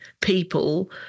people